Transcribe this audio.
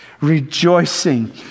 Rejoicing